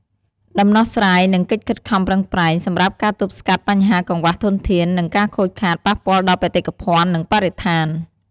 ដំណោះស្រាយ និងកិច្ចខិតខំប្រឹងប្រែង សម្រាប់ការទប់ស្កាត់បញ្ហាកង្វះធនធាន និងការខូចខាត ប៉ះពាល់ដល់បេតិកភណ្ឌ និងបរិស្ថាន ។